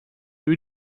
who